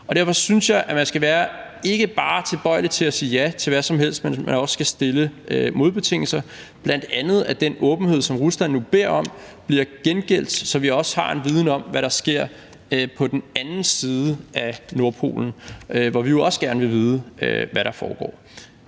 Derfor synes jeg, at man ikke bare skal være tilbøjelig til at sige ja til hvad som helst, men at man også skal stille modbetingelser, bl.a. at den åbenhed, som Rusland nu beder om, bliver gengældt, så vi også har en viden om, hvad der sker på den anden side af Nordpolen, hvor vi jo også gerne vil vide hvad der foregår.